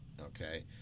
okay